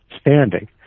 standing